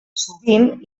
sovint